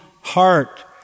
heart